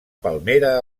palmera